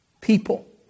People